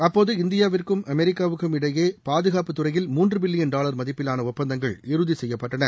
அப்போது இந்தியாவிற்கும் அமெரிக்காவுக்கும் இடையே பாதுகாப்புத் துறையில் மூன்று பில்லியன் டாலர் மதிப்பிலான ஒப்பந்தங்கள் இறுதி செய்யப்பட்டன